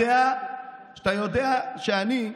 שאני,